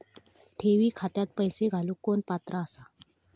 ठेवी खात्यात पैसे घालूक कोण पात्र आसा?